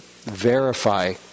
verify